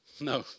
No